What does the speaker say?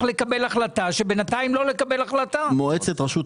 אפשר לקחת את האוטונומיה הזאת.